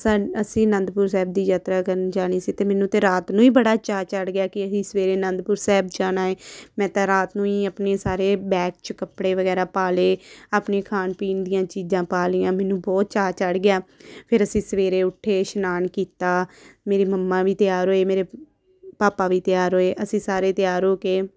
ਅਸੀਂ ਅਨੰਦਪੁਰ ਸਾਹਿਬ ਦੀ ਯਾਤਰਾ ਕਰਨ ਜਾਣੀ ਸੀ ਅਤੇ ਮੈਨੂੰ ਤਾਂ ਰਾਤ ਨੂੰ ਹੀ ਬੜਾ ਚਾਅ ਚੜ੍ਹ ਗਿਆ ਕਿ ਅਸੀਂ ਸਵੇਰੇ ਆਨੰਦਪੁਰ ਸਾਹਿਬ ਜਾਣਾ ਹੈ ਮੈਂ ਤਾਂ ਰਾਤ ਨੂੰ ਹੀ ਆਪਣੇ ਸਾਰੇ ਬੈਗ 'ਚ ਕੱਪੜੇ ਵਗੈਰਾ ਪਾ ਲਏ ਆਪਣੀਆਂ ਖਾਣ ਪੀਣ ਦੀਆਂ ਚੀਜ਼ਾਂ ਪਾ ਲਈਆਂ ਮੈਨੂੰ ਬਹੁਤ ਚਾਅ ਚੜ੍ਹ ਗਿਆ ਫਿਰ ਅਸੀਂ ਸਵੇਰੇ ਉੱਠੇ ਇਸ਼ਨਾਨ ਕੀਤਾ ਮੇਰੀ ਮੰਮਾ ਵੀ ਤਿਆਰ ਹੋਏ ਮੇਰੇ ਪਾਪਾ ਵੀ ਤਿਆਰ ਹੋਏ ਅਸੀਂ ਸਾਰੇ ਤਿਆਰ ਹੋ ਕੇ